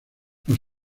los